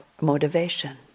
motivation